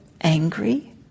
angry